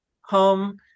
home